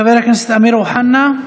חבר הכנסת אמיר אוחנה,